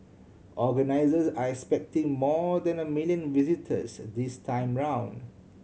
organisers are expecting more than a million visitors this time round